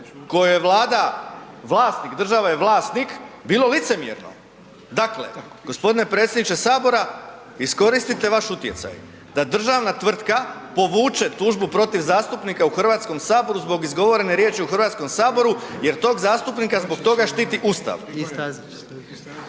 je Vlada vlasnik, država je vlasnik bilo licemjerno. Dakle gospodine predsjedniče Sabora iskoristite vaš utjecaj da državna tvrtka povuče tužbu protiv zastupnika u Hrvatskom saboru zbog izgovorene riječi u Hrvatskom saboru jer tog zastupnika zbog toga štiti Ustav.